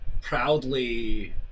proudly